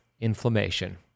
inflammation